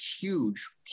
huge